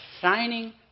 shining